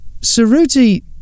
saruti